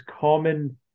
common